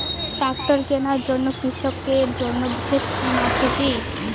Tractor কেনার জন্য কৃষকদের জন্য বিশেষ স্কিম আছে কি?